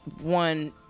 one